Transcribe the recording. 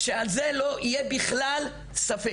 שעל זה לא יהיה בכלל ספק.